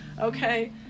okay